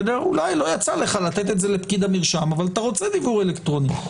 אולי לא יצא לך לתת את זה לפקיד המרשם אבל אתה רוצה דיוור אלקטרוני.